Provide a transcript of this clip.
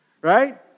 Right